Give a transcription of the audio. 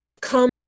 come